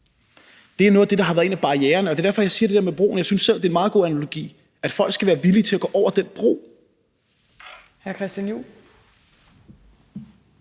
er noget af det, der har været en af barriererne. Og det er derfor, at jeg siger det med broerne, for jeg synes selv, det er en meget god analogi, nemlig at folk skal være villige til at gå over den bro. Kl.